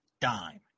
dime